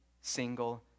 single